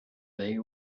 they